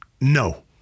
no